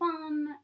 fun